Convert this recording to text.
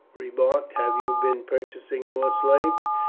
remarked, have you been purchasing more slaves?